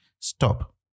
stop